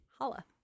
Holla